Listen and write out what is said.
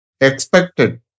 expected